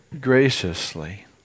graciously